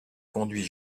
conduit